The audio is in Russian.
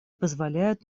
позволяют